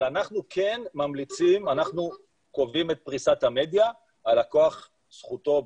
אבל אנחנו קובעים את פריסת המדיה, הלקוח, זכותו,